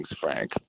Frank